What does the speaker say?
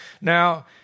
Now